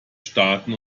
starten